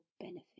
benefit